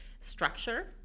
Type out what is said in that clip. structure